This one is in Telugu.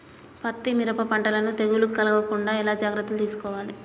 పత్తి మిరప పంటలను తెగులు కలగకుండా ఎలా జాగ్రత్తలు తీసుకోవాలి?